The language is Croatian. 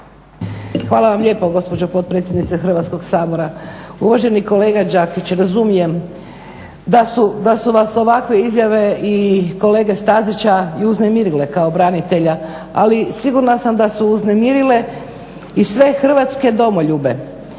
Hvala vam lijepo gospođo potpredsjednice Hrvatskog sabora. Uvaženi kolega Đakić, razumijem da su vas ovakve izjave i kolege Stazića i uznemirile kao branitelja. Ali sigurna sam da su uznemirile i sve hrvatske domoljube